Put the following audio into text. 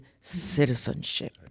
citizenship